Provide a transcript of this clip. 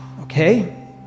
Okay